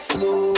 Slow